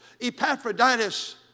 Epaphroditus